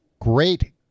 great